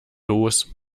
los